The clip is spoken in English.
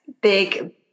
big